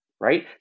right